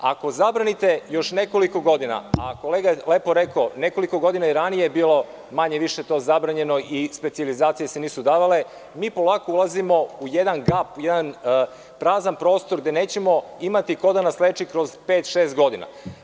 Ako zabranite još nekoliko godina, a kolega je lepo rekao, nekoliko godina je i ranije bilo manje više to zabranjeno i specijalizacije se nisu davale, mi polako ulazimo u jedan gap, prazan prostor gde nećemo imati ko da nas leči, kroz pet, šest godina.